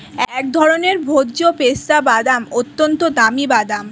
এক ধরনের ভোজ্য পেস্তা বাদাম, অত্যন্ত দামি বাদাম